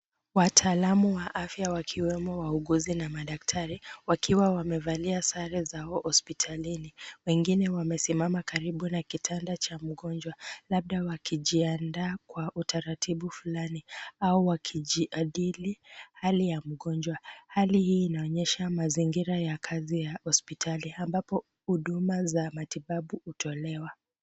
Wataalamu wa afya wakiwemo wauguzi na madaktari, wakiwa wamevalia sare zao hospitalini. Wengine wamesimama karibu na kitanda cha mgonjwa, labda wakijiandaa kwa utaratibu fulani au wakijadili hali ya mgonjwa. Hali hii inaonyesha mazingira ya kazi ya hospitali ambapo huduma za matibabu hutolewa.